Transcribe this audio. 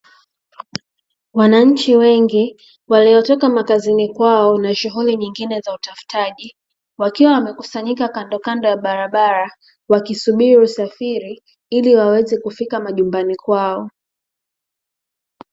Wananchi wengi waliotoka makazini kwao na shughuli nyingine za utafutaji wakiwa wamekusanyika kandokando ya barabara wakisubiri usafiri ili waweze kufika majumbani kwao.